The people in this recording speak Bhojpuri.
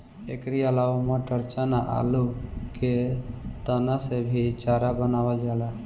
एकरी अलावा मटर, चना, आलू के तना से भी चारा बनावल जाला